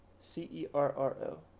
C-E-R-R-O